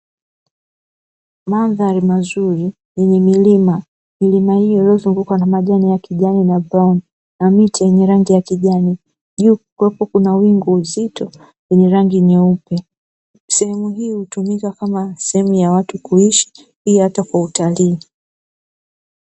Mandhari mazuri yenye milima, milima hii iliyozungukwa na majani ya kijani na brauni na miti yenye rangi ya kijani, juu kukiwepo na wingu zito lenye rangi nyeupe. Sehemu hii hutumika kwa watu kuishi pia hata kwa utalii.